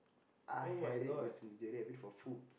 I had it with Celine the other day I had it for foods